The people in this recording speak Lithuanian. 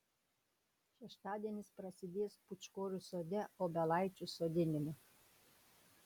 šeštadienis prasidės pūčkorių sode obelaičių sodinimu